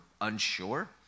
unsure